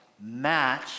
match